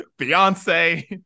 Beyonce